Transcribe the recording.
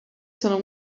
sono